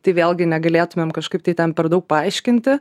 tai vėlgi negalėtumėm kažkaip tai ten per daug paaiškinti